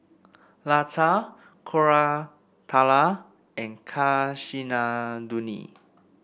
Lata Koratala and Kasinadhuni